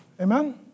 amen